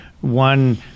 one